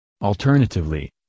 Alternatively